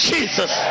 Jesus